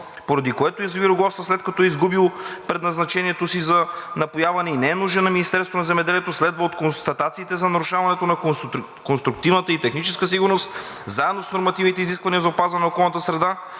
поради което язовир „Огоста“, след като е изгубил предназначението си за напояване и не е нужен на Министерството на земеделието, следва от констатациите за нарушаването на конструктивната и техническа сигурност, заедно с нормативните изисквания за опазване на околната среда